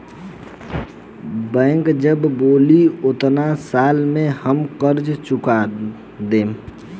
bank जब बोली ओतना साल में हम कर्जा चूका देम